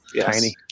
tiny